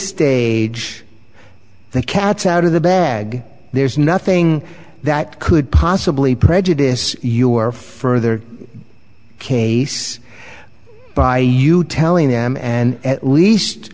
day the cat's out of the bag there's nothing that could possibly prejudice your further case by you telling them and at least